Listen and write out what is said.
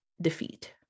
defeat